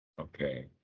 Okay